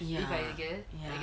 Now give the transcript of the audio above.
ya ya